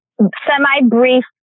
semi-brief